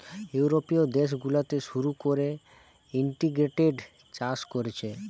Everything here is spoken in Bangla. ইউরোপীয় দেশ গুলাতে শুরু কোরে ইন্টিগ্রেটেড চাষ কোরছে